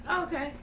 Okay